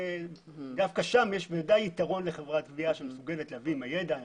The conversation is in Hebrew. דווקא שם יש יתרון לחברת גבייה שמסוגלת להביא מהידע שלה,